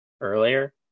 earlier